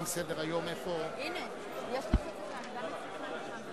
התשע"א 2010, עבר ברוב של 65 נגד